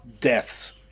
Deaths